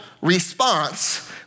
response